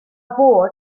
bod